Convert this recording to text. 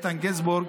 איתן גינזבורג,